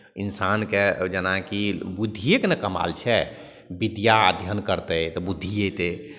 इन्सानकेँ जेनाकि बुद्धिएके ने कमाल छै विद्या अध्ययन करतै तऽ बुद्धि अयतै